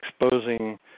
exposing